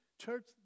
church